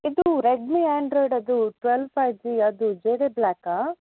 ಇದೂ Redmi Android ಅದು twelve five G ಅದು ಬೇರೆ ಬ್ಯ್ಲಾಕಾ